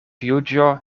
juĝo